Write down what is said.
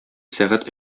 сәгать